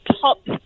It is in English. top